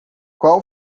qual